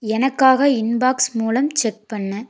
எனக்காக இன்பாக்ஸ் மூலம் செக் பண்ணு